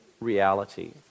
reality